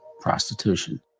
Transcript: prostitution